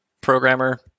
programmer